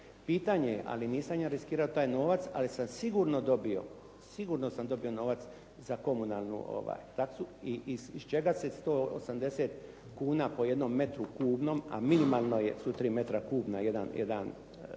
Pitanje je, nisam ja riskirao taj novac ali sam sigurno dobio novac za komunalnu taksu i iz čega se 180 kuna po jednom metru kubnom a minimalno su tri metra kubna, jedan metar